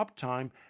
uptime